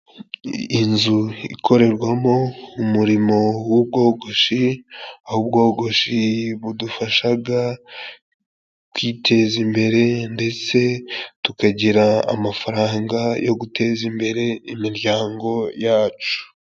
Inzu ikorerwamo umurimo w'ubwogoshi aho ubwogoshi budufashaga kwiteza imbere ndetse tukagira amafaranga yo guteza imbere imiryango yacu.